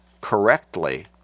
correctly